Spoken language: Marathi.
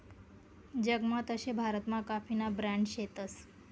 जगमा तशे भारतमा काफीना ब्रांड शेतस